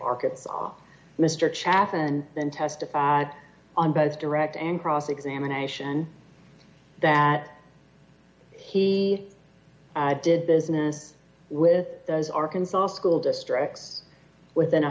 arkansas mr chaffin then testified on both direct and cross examination that he did business with those arkansas school districts within a